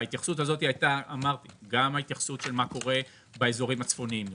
הייתה התייחסות גם למה שקורה באזורים הצפוניים יותר,